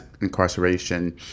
incarceration